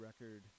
record